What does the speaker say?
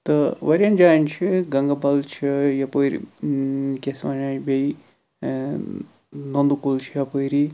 تہٕ واریاہَن جایَن چھُ گنگہٕ بَل چھُ یَپٲرۍ کیٛاہ چھِ ونان اَتھ بیٚیہِ نُنٛدٕ کُل چھُ یَپٲری